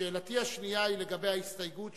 שאלתי השנייה היא לגבי ההסתייגות שאתה,